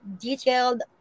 detailed